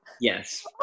yes